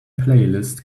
playlist